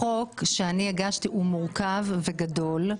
החוק שאני הגשתי הוא מורכב וגדול.